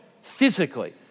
physically